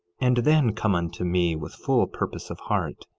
and then come unto me with full purpose of heart,